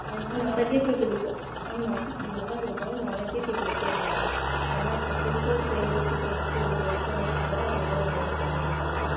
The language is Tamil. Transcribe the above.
ம் நாளைக்கே போய் கொடுத்து ஆமாம் ஆஃபீஸ் ரூமில் தான் கொடுக்கணும் நாளைக்கே போய் கொடுத்துருங்க ஏன்னா இப்போ புதுசாக சேர்ந்த ஸ்டூடண்ட்ஸுக்கு எதுவும் ரெடி பண்ணிட்டுருந்தா அதோடயே உங்களுதும் பண்ணிடுவாங்க